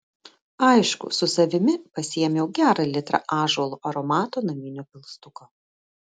aišku su savimi pasiėmiau gerą litrą ąžuolo aromato naminio pilstuko